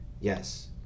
Yes